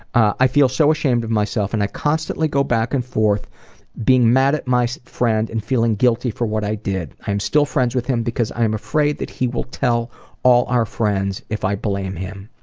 i feel so ashamed of myself, and i constantly go back and forth being mad at my so friend and feeling guilty for what i did. i am still friends with him because i am afraid that he will tell all our friends if i blame him.